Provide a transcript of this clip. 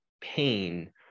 pain